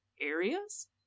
areas